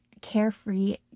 carefree